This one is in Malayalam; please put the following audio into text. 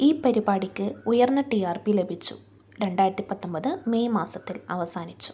ഈ പരുപാടിക്ക് ഉയർന്ന ടി ആർ പി ലഭിച്ചു രണ്ടായിരത്തി പത്തൊൻപത് മെയ് മാസത്തിൽ അവസാനിച്ചു